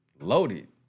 loaded